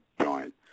joint